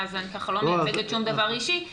אז אני לא מייצגת שום דבר אישי,